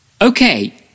Okay